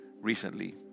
recently